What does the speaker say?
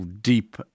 deep